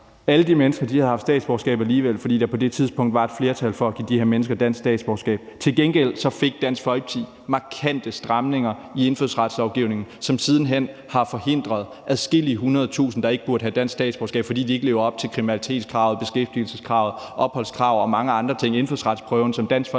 Alle de mennesker havde fået statsborgerskab alligevel, fordi der på det tidspunkt var et flertal for at give de her mennesker dansk statsborgerskab. Til gengæld fik Dansk Folkeparti markante stramninger igennem i indfødsretslovgivningen, som siden hen har forhindret adskillige hundredtusinde, der ikke burde have dansk statsborgerskab, i at få det, fordi de ikke lever op til kriminalitetskravet, beskæftigelseskravet, opholdskravet og indfødsretsprøven, som Dansk Folkeparti